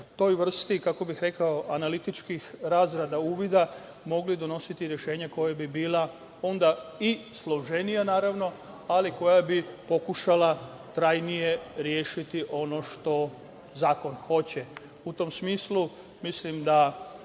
toj vrsti analitičkih razrada, uvida mogli donositi rešenja koja bi bila onda i složenija, ali koja bi pokušala trajnije rešiti ono što zakon hoće.U tom smislu mislim da